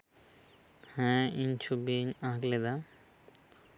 ᱦᱮᱸ ᱤᱧ ᱪᱷᱚᱵᱤᱧ ᱟᱸᱠ ᱞᱮᱫᱟ